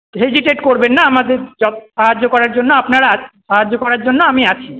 hesitate করবেন না আমাদের সাহায্য করার জন্য আপনারা সাহায্য করার জন্য আমি আছি